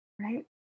right